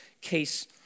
case